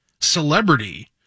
celebrity